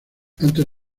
antes